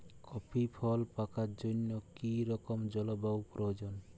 Coffee ফল পাকার জন্য কী রকম জলবায়ু প্রয়োজন?